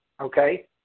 Okay